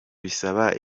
bisaba